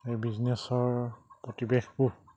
এই বিজনেছৰ প্ৰতিৱেশবোৰ